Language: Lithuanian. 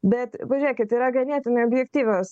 bet pažėkit yra ganėtinai objektyvios